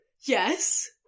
Yes